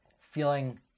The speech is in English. feeling